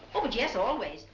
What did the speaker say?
oh but yes, always.